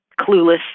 clueless